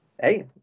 Hey